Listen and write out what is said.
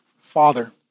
Father